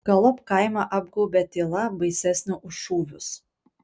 galop kaimą apgaubė tyla baisesnė už šūvius